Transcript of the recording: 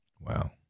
Wow